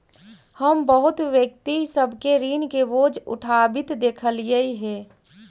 हम बहुत व्यक्ति सब के ऋण के बोझ उठाबित देखलियई हे